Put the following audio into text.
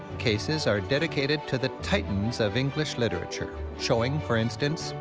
cases are dedicated to the titans of english literature. showing, for instance,